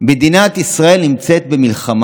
מדוע משרד הבריאות מנהל הליך, מקביל,